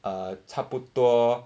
err 差不多